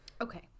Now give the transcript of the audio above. Okay